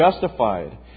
justified